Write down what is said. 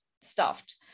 stuffed